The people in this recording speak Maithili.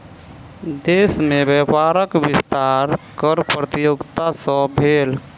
देश में व्यापारक विस्तार कर प्रतियोगिता सॅ भेल